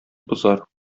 бозар